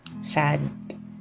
sad